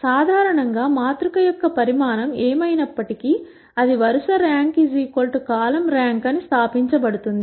సాధారణంగా మాతృక యొక్క పరిమాణం ఏమైనప్పటికీ అది వరుస ర్యాంక్ కాలమ్ ర్యాంక్ అని స్థాపించబడింది